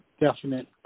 definite